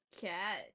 Cat